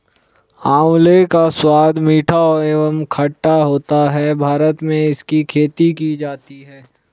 आंवले का स्वाद मीठा एवं खट्टा होता है भारत में इसकी खेती की जाती है